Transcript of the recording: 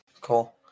cool